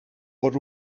but